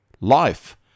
life